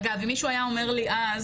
אגב, אם מישהו היה אומר לי אז